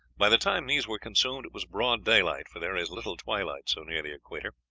by the time these were consumed it was broad daylight for there is little twilight so near the equator.